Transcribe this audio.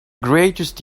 greatest